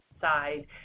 side